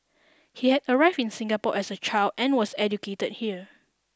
he had arrived in Singapore as a child and was educated here